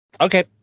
Okay